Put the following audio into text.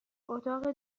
اتاق